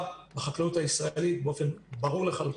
בחקלאות הישראלית באופן ברור לחלוטין.